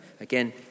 Again